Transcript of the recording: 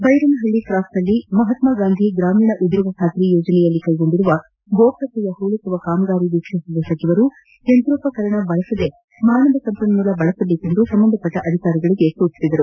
ಬೈರನಹಳ್ಳಿ ಕ್ರಾಸ್ನಲ್ಲಿ ಮಹಾತ್ಸಗಾಂಧಿ ಗ್ರಾಮೀಣ ಉದ್ಯೋಗಬಾತರಿ ಯೋಜನೆಯಲ್ಲಿ ಕೈಗೊಂಡಿರುವ ಗೋಕಟ್ಸೆಯ ಹೂಳೆತ್ತುವ ಕಾಮಗಾರಿ ವೀಕ್ಷಿಸಿದ ಸಚಿವರು ಯಂತ್ರೋಪಕರಣಗಳನ್ನು ಬಳಸದೆ ಮಾನವ ಸಂಪನ್ಗೂಲ ಬಳಸುವಂತೆ ಸಂಬಂಧಪಟ್ಟ ಅಧಿಕಾರಿಗಳಿಗೆ ಸೂಚನೆ ನೀಡಿದರು